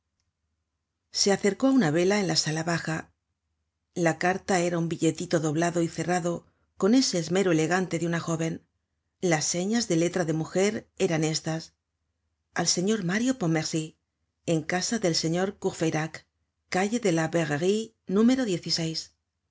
se acercó á una vela en la sala baja la carta era un billetito doblado y cerrado con ese esmero elegante de una jóven las señas de letra de mujer eran estas al señor mario pontmercy en casa del señor courfeyrac calle de la